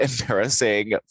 embarrassing